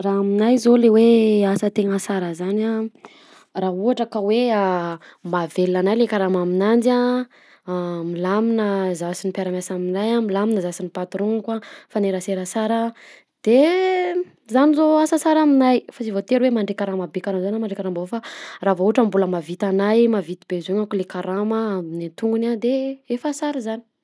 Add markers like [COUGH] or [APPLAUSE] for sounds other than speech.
Raha aminahy zao le hoe asa tena sara zany a raha ohatra ka hoe mahavelona anahy le karama aminanjy a milamina zah sy ny mpiara miasa aminahy a milamina zah sy ny patron-ako mifanerasera sara de [HESITATION] zany zao asa sara aminahy fa sy voatery hoe mandray karama be karaha zao na mandray zao fa raha vao ohatra mbola mahavita anahy mbola mahavita besoin-ako le karama amin'ny antognony a de efa sara zany.